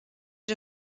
die